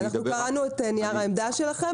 אנחנו קראנו את נייר העמדה שלכם,